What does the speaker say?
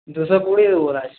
দুশো কুড়ি দেব লাস্ট